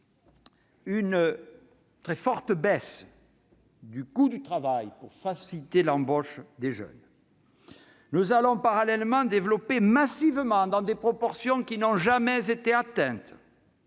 très fortement le coût du travail pour faciliter l'embauche des jeunes. Parallèlement, nous allons développer massivement, dans des proportions qui n'ont jamais été atteintes,